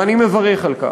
ואני מברך על כך,